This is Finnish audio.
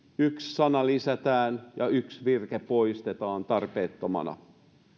yksi sana lisätään ja yksi virke poistetaan tarpeettomana